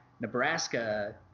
Nebraska